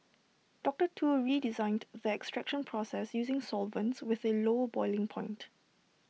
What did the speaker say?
doctor Tu redesigned the extraction process using solvents with A low boiling point